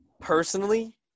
Personally